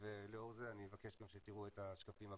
ולאור זה אני אבקש שתראו את השקפים הבאים.